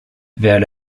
vers